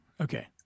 Okay